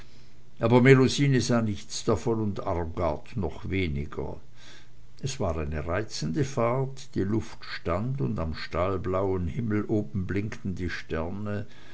aber melusine sah nichts davon und armgard noch weniger es war eine reizende fahrt die luft stand und am stahlblauen himmel oben blinkten die sterne